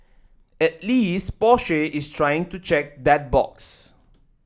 at least Porsche is trying to check that box